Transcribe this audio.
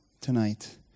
tonight